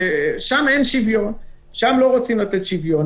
שם לא רוצים לתת שוויון.